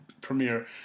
premiere